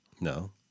No